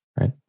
right